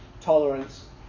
Tolerance